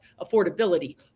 affordability